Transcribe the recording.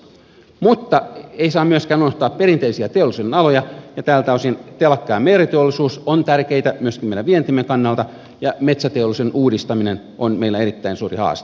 mutta ei saa myöskään unohtaa perinteisiä teollisuudenaloja ja tältä osin telakka ja meriteollisuus ovat tärkeitä myöskin meidän vientimme kannalta ja metsäteollisuuden uudistaminen on meillä erittäin suuri haaste